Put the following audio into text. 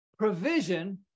Provision